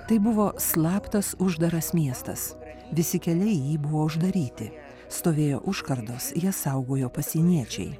tai buvo slaptas uždaras miestas visi keliai į jį buvo uždaryti stovėjo užkardos jas saugojo pasieniečiai